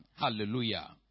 Hallelujah